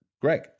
Greg